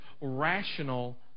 rational